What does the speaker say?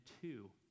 two